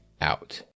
out